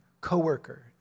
co-worker